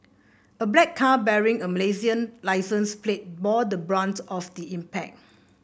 a black car bearing a Malaysian licence plate bore the brunt of the impact